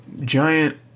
giant